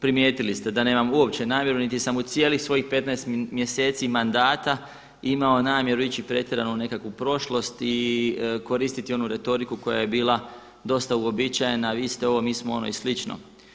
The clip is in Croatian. Primijetili ste da nemam uopće namjeru niti sam u cijelih svojih 15 mjeseci mandata imao namjeru ići pretjerano u nekakvu prošlost i koristiti onu retoriku koja je bila dosta uobičajena, vi ste ovo, mi smo ono i slično.